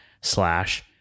slash